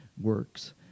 works